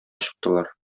чыктылар